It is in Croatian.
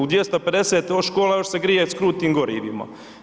U 250 škola još se grije s krutim gorivima.